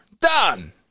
done